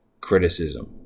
criticism